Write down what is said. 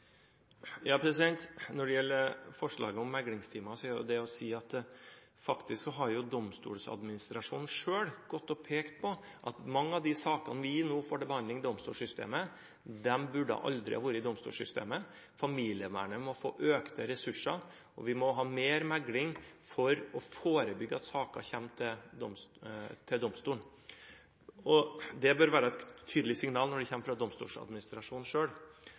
det å si at Domstoladministrasjonen faktisk selv har pekt på at mange av de sakene vi nå får til behandling i domstolssystemet, aldri burde ha vært der. Familievernet må få økte ressurser, og vi må ha mer megling for å forebygge at saker kommer til domstolen. Det bør være et tydelig signal når det kommer fra